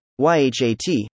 yhat